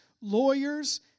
lawyers